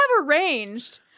arranged